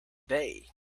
day